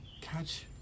Catch